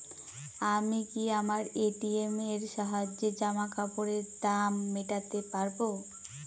আমি কি আমার এ.টি.এম এর সাহায্যে জামাকাপরের দাম মেটাতে পারব?